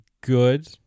good